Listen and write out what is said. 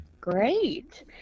great